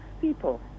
people